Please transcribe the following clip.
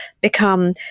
become